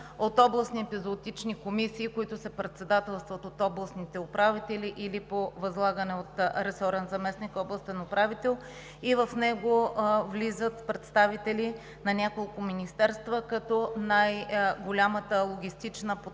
от областните епизоотични комисии, които се председателстват от областните управители или по възлагане от ресорен заместник областен управител. В него влизат представители на няколко министерства, като най-голямата логистична подкрепа